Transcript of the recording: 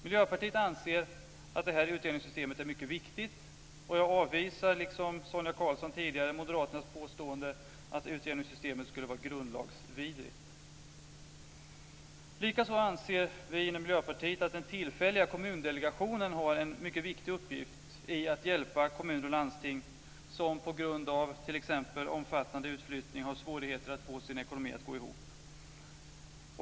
Miljöpartiet anser att det här utjämningssystemet är mycket viktigt, och jag avvisar liksom tidigare Sonia Karlsson moderaternas påstående att utjämningssystemet skulle vara grundlagsvidrigt. Likaså anser vi inom Miljöpartiet att den tillfälliga kommundelegationen har en mycket viktig uppgift i att hjälpa kommuner och landsting som t.ex. på grund av omfattande utflyttning har svårigheter att få sin ekonomi att gå ihop.